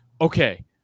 okay